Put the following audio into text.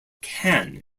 can